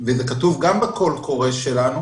וזה כתוב גם בקול קורא שלנו